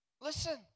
Listen